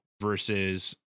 versus